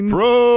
Pro